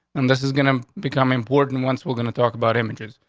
and this is gonna become important once we're gonna talk about images.